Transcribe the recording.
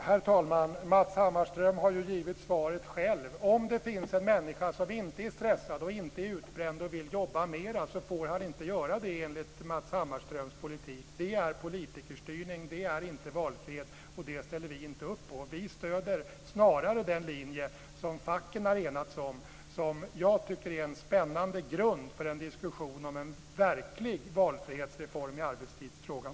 Herr talman! Matz Hammarström har givit svaret själv. Om det finns en människa som inte är stressad och inte är utbränd och vill jobba mer får den inte göra det enligt Matz Hammarströms politik. Det är politikerstyrning, inte valfrihet. Det ställer vi inte upp på. Vi stöder snarare den linje som facken har enats om, som jag tycker är en spännande grund för en diskussion om en verklig valfrihetsreform i arbetstidsfrågan.